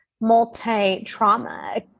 multi-trauma